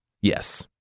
Yes